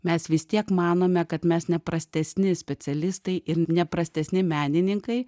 mes vis tiek manome kad mes neprastesni specialistai ir neprastesni menininkai